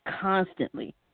constantly